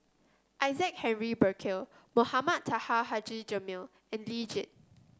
Isaac Henry Burkill Mohamed Taha Haji Jamil and Lee Tjin